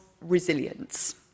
resilience